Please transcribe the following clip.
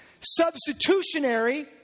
substitutionary